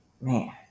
man